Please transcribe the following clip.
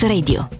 Radio